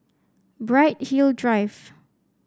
Bright Hill Drive